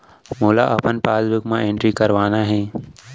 मोला अपन पासबुक म एंट्री करवाना हे?